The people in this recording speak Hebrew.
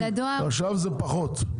עכשיו זה פחות.